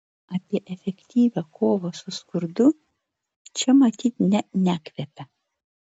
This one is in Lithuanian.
apie efektyvią kovą su skurdu čia matyt ne nekvepia